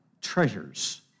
treasures